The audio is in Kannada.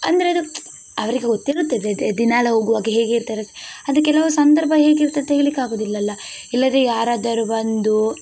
ಅಂದರೆ ಅದು ಅವರಿಗೆ ಗೊತ್ತಿರುತ್ತದೆ ದಿನಾಗಲೂ ಹೋಗುವಾಗ ಹೇಗೆ ಥರ ಅದಕ್ಕೆ ಕೆಲವು ಸಂದರ್ಭ ಹೇಗಿರುತ್ತದಂತ ಹೇಳಲಿಕ್ಕೆ ಆಗುವುದಿಲ್ಲಲ್ಲ ಇಲ್ಲಾದ್ರೆ ಯಾರಾದರು ಬಂದೂ